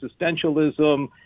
existentialism